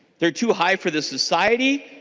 they are too high for the society.